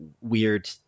weird